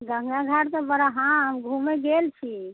गङ्गा घाट तऽ बड़ा हँ घुमै गेल छी